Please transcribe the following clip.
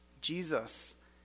Jesus